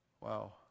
wow